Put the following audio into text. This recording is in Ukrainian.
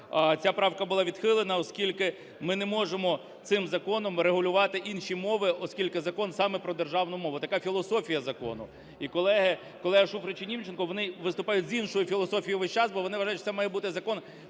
ця правка була відхилена, оскільки ми не можемо цим законом регулювати інші мови, оскільки Закон саме про державну мову – така філософія закону. І колеги Шуфрич і Німченко, вони виступають з іншою філософією весь час, бо вони вважають, що це має бути закон